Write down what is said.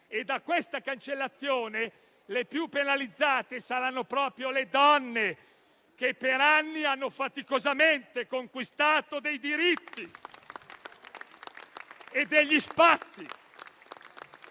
Da questa cancellazione le più penalizzate saranno proprio le donne, che per anni hanno faticosamente conquistato diritti e spazi.